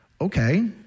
Okay